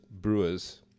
brewers